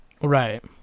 right